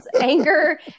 anger